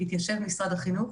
התיישב משרד החינוך